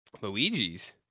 Luigi's